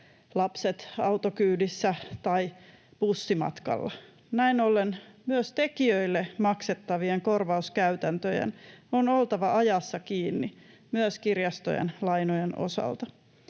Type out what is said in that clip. lapset autokyydissä tai bussimatkalla. Näin ollen myös tekijöille maksettavien korvauskäytäntöjen on oltava ajassa kiinni myös kirjastojen lainojen osalta.